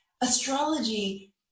astrology